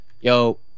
Yo